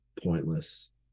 pointless